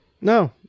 No